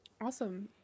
Awesome